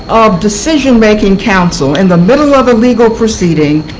of decision-making counsel in the middle of a legal proceeding,